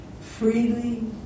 freely